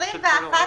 שלכם.